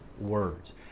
words